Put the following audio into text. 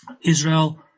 Israel